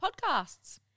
Podcasts